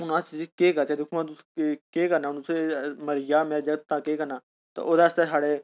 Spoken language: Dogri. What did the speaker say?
ते हून अस इसी के करचै दिक्खो हां के करना तुसें मरी जाह्ग मेरा जागत ते केह् करना ओह्दे आस्तै साढ़े